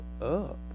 up